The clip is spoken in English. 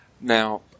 Now